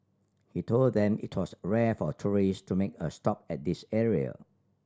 he told them it was rare for tourist to make a stop at this area